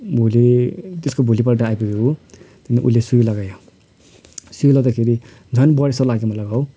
भोलि त्यसको भोलिपल्ट आइपुग्यो ऊ अन्त उसले सुई लगायो सुई लाउँदाखेरि झन् बढेजस्तो लागेको थियो मलाई घाउ